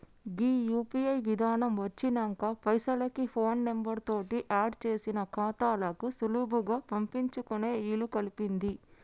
గీ UPI విధానం వచ్చినంక పైసలకి ఫోన్ నెంబర్ తోటి ఆడ్ చేసిన ఖాతాలకు సులువుగా పంపించుకునే ఇలుకల్పింది